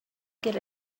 get